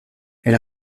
elle